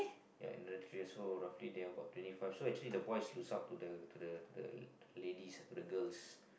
ya another three years roughly they are about twenty five so actually the boys lose out to the to the to the ladies ah to the girls